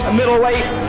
middleweight